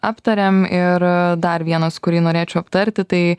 aptariam ir dar vienas kurį norėčiau aptarti tai